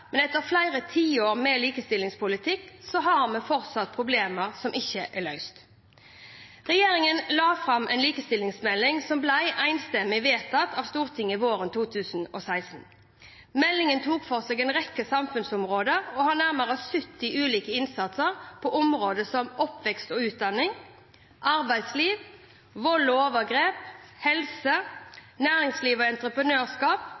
men etter flere tiår med likestillingspolitikk har vi fortsatt problemer som ikke er løst. Regjeringen la fram en likestillingsmelding som ble enstemmig vedtatt av Stortinget våren 2016. Meldingen tok for seg en rekke samfunnsområder og har nærmere 70 ulike innsatser på områder som oppvekst og utdanning arbeidsliv vold og overgrep helse næringsliv og entreprenørskap